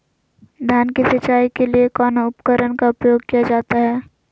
धान की सिंचाई के लिए कौन उपकरण का उपयोग किया जाता है?